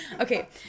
Okay